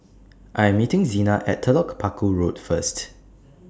I'm meeting Zina At Telok Paku Road First